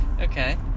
Okay